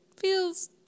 feels